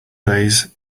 days